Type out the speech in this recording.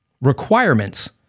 requirements